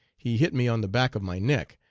he hit me on the back of my neck,